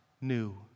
new